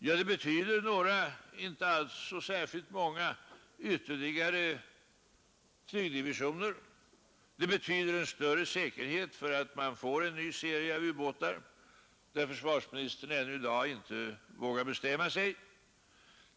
Ja, det betyder några — inte alls så särskilt många — ytterligare flygdivisioner. Det betyder en större säkerhet för att man får en ny serie av ubåtar, där försvarsministern ännu i dag inte vågar bestämma sig, ehuru han låtit tillmötesgående.